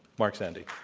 mark zandi.